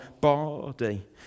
body